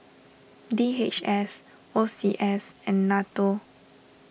D H S O C S and Nato